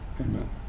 Amen